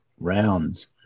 rounds